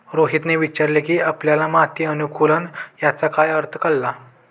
रोहितने विचारले की आपल्याला माती अनुकुलन याचा काय अर्थ कळला?